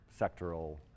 sectoral